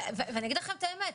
ואני אגיד לכם את האמת,